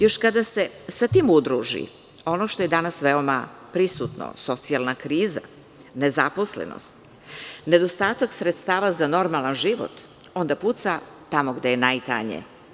Još kada se sa tim udruži ono što je danas veoma prisutno, socijalna kriza, nezaposlenost, nedostatak sredstava za normalan život, onda puca tamo gde je najtanje.